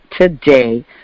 today